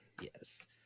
Yes